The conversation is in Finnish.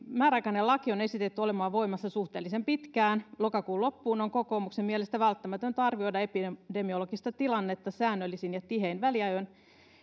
määräaikainen laki on esitetty olemaan voimassa suhteellisen pitkään lokakuun loppuun on kokoomuksen mielestä välttämätöntä arvioida epidemiologista tilannetta säännöllisin ja tihein väliajoin